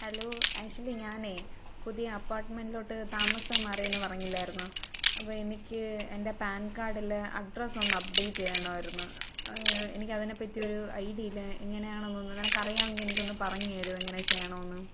hello Ashley ഞാൻ പുതിയ അപ്പാർട്ട്മെൻ്റിലോട്ട് താമസം മാറി എന്ന് പറഞ്ഞില്ലായിരുന്നോ അപ്പോൾ എനിക്ക് എൻ്റെ പാൻകാർഡിൽ അഡ്രസ്സ് ഒന്ന് അപ്ഡേറ്റ് ചെയ്യണമായിരുന്നു എനിക്ക് അതിനെപ്പറ്റി ഒരു ഐഡിയ ഇല്ല എങ്ങനെയാണ് എന്നൊന്നു നിനക്ക് അറിയാമെങ്കിൽ എനിക്ക് ഒന്നു പറഞ്ഞുതരുമോ എങ്ങനെ ചെയ്യണമെന്ന്